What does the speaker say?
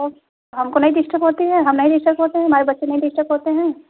तो हमको नहीं डिस्टर्ब होती है हम नहीं डिस्टर्ब होते हैं हमारे बच्चे नहीं डिस्टर्ब होते हैं